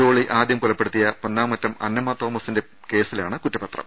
ജോളി ആദൃം കൊലപ്പെടുത്തിയ പൊന്നാമറ്റം അന്നമ്മ തോമസിന്റെ കേസിലാണ് കുറ്റപത്രം